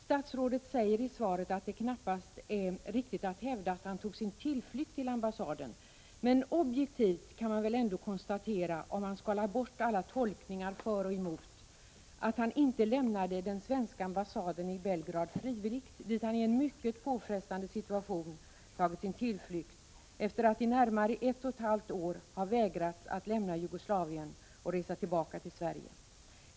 Statsrådet säger i svaret att det knappast är riktigt att hävda att han tog sin tillflykt till ambassaden, men objektivt kan man väl ändå konstatera, om man skalar bort alla tolkningar för och emot, att han inte frivilligt lämnade den svenska ambassaden i Belgrad, dit han i en mycket påfrestande situation tagit sin tillflykt efter att i närmare ett och ett halvt år ha vägrats att lämna Jugoslavien och resa tillbaka till Sverige.